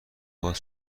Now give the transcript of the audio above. باز